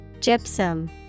gypsum